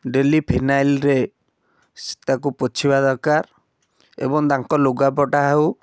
daily ଫିନାଇଲ୍ରେ ସ ତାକୁ ପୋଛିବା ଦରକାର ଏବଂ ତାଙ୍କ ଲୁଗାପଟା ହେଉ